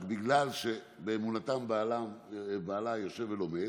רק בגלל שבאמונתה בעלה יושב ולומד,